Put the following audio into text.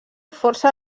força